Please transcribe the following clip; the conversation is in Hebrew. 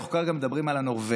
אנחנו כרגע מדברים על הנורבגי.